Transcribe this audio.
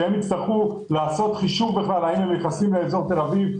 שהם יצטרכו לעשות חישוב האם הם נכנסים לאזור תל אביב,